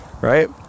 right